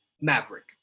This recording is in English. Maverick